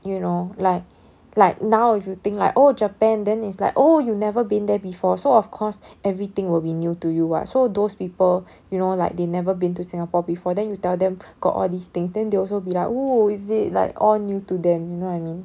you know like like now if you think like oh japan then it's like oh you never been there before so of course everything will be new to you [what] so those people you know like they never been to singapore before then you tell them got all these things then they also be oo is it like all new to them you know I mean